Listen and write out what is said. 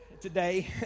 today